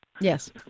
Yes